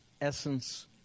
essence